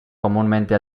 comúnmente